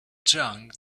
drank